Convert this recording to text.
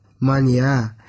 mania